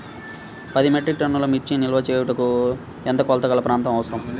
పది మెట్రిక్ టన్నుల మిర్చి నిల్వ చేయుటకు ఎంత కోలతగల ప్రాంతం అవసరం?